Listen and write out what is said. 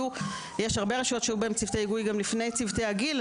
יש הרבה רשויות שהיו בהן צוותי היגוי גם לפני צוותי הגיל,